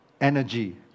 energy